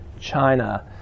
China